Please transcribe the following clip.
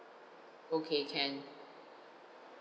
okay can